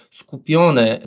skupione